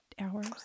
hours